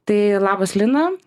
tai labas lina